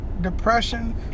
depression